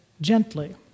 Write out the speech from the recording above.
gently